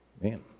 man